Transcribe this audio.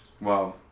Wow